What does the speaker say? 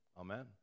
Amen